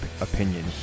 opinion